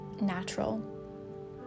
natural